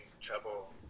trouble